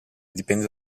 dipende